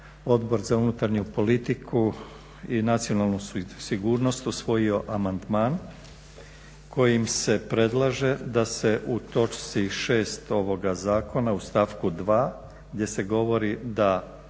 Odbor za unutarnju politiku i nacionalnu sigurnost usvojio amandman kojim se predlaže da se u točci 6. ovoga zakona u stavku 2. gdje se govori da